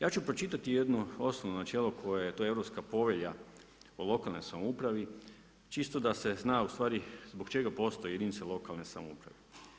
Ja ću pročitati jedno osnovno načelo koje to je Europska povelja o lokalnoj samoupravi čisto da se zna ustvari zbog čega postoji jedinice lokalne samouprave.